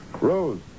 Rose